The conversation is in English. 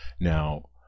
now